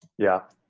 yeah.